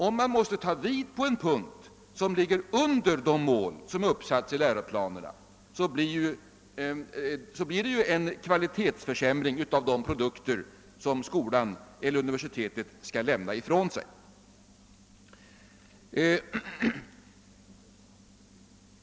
Om man måste ta vid på en punkt som ligger under de mål som uppsatts i läroplanerna, blir det en kvalitetsförsämring av de produkter som skolan eller universiteten skall lämna ifrån sig.